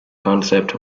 concept